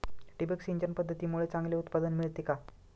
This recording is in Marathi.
ठिबक सिंचन पद्धतीमुळे चांगले उत्पादन मिळते का?